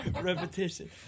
repetition